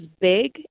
big